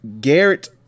Garrett